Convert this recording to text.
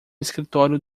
escritório